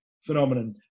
phenomenon